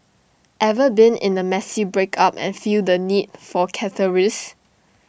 ever been in A messy breakup and feel the need for catharsis